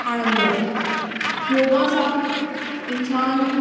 आणंदो आहे योगा सां इन्सानु